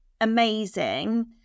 amazing